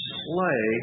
slay